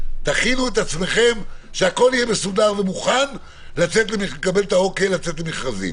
תכינו את עצמכם שהכול יהיה מסודר ומוכן לקבל את האוקיי לצאת למכרזים.